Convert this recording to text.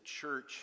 church